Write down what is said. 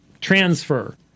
transfer